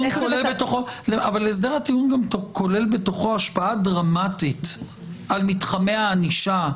כולל בתוכו גם השפעה דרמטית על מתחמי הענישה,